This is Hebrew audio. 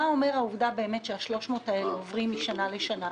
מה אומרת העובדה שהשלוש מאות מיליון האלה עוברים משנה לשנה?